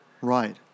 Right